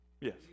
Yes